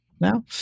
now